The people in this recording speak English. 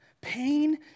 pain